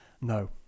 no